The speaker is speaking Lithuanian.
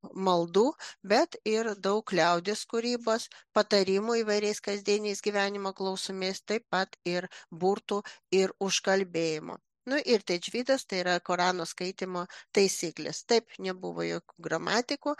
maldų bet ir daug liaudies kūrybos patarimų įvairiais kasdieniais gyvenimo klausimais taip pat ir burtų ir užkalbėjimų nu ir tedžvydas tai yra korano skaitymo taisyklės taip nebuvo jokių gramatikų